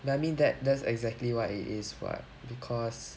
I mean that that's exactly what it is what because